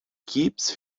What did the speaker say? keeps